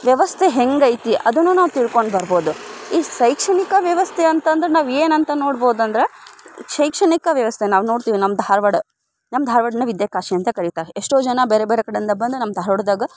ವ್ಯವಸ್ಥೆ ಹೆಂಗೈತಿ ಅದೂ ನಾವು ತಿಳ್ಕೊಂಡು ಬರ್ಬೋದು ಈ ಶೈಕ್ಷಣಿಕ ವ್ಯವಸ್ಥೆ ಅಂತಂದ್ರೆ ನಾವು ಏನಂತ ನೋಡ್ಬೋದು ಅಂದ್ರೆ ಶೈಕ್ಷಣಿಕ ವ್ಯವಸ್ಥೆ ನಾವು ನೋಡ್ತೀವಿ ನಮ್ಮ ಧಾರವಾಡ ನಮ್ಮ ಧಾರವಾಡನ ವಿದ್ಯಾ ಕಾಶಿ ಅಂತ ಕರಿತಾರೆ ಎಷ್ಟೋ ಜನ ಬೇರೆ ಬೇರೆ ಕಡೆಯಿಂದ ಬಂದು ನಮ್ಮ ಧಾರವಾಡದಾಗ